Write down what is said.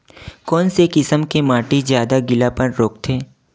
कोन से किसम के माटी ज्यादा गीलापन रोकथे?